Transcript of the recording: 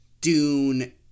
dune